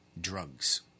drugs